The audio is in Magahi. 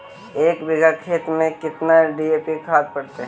एक बिघा खेत में केतना डी.ए.पी खाद पड़तै?